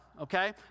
okay